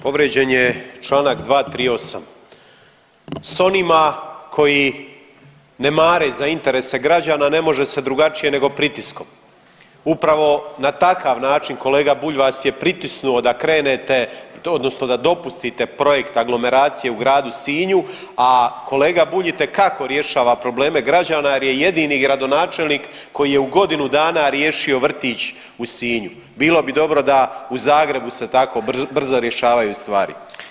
Povrijeđen je čl. 238., s onima koji ne mare za interese građana ne može se drugačije nego pritiskom, upravo na takav način kolega Bulj vas je pritisnuo da krenete odnosno da dopustite projekt aglomeracije u gradu Sinju, a kolega Bulj itekako rješava probleme građana jer je jedini gradonačelnik koji je u godinu dana riješio vrtić u Sinju, bilo bi dobro da u Zagrebu se tako brzo rješavaju stvari.